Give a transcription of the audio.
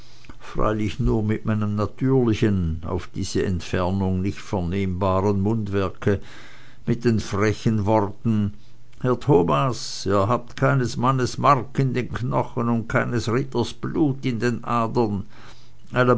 freilich nur mit meinem natürlichen auf diese entfernung nicht vernehmbaren mundwerke mit den frechen worten herr thomas ihr habt keines mannes mark in den knochen und keines ritters blut in den adern